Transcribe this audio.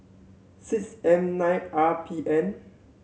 six M nine R P N